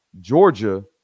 Georgia